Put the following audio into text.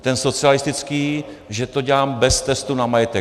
A ten socialistický, že to dělám bez testu na majetek.